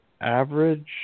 average